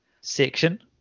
section